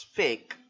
fake